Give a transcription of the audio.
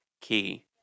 key